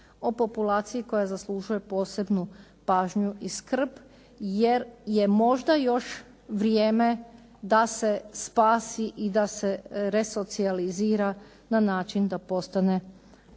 o populaciji koja zaslužuje posebnu pažnju i skrb jer je možda još vrijeme da se spasi i da se resocijalizira na način da postane koristan